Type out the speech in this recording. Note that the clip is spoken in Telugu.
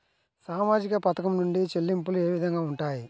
సామాజిక పథకం నుండి చెల్లింపులు ఏ విధంగా ఉంటాయి?